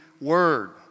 word